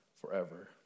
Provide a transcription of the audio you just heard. forever